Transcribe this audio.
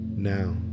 Now